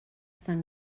tan